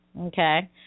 okay